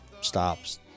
stops